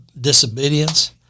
disobedience